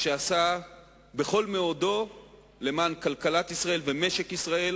שעשה בכל מאודו למען כלכלת ישראל ומשק ישראל